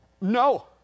No